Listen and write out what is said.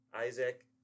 Isaac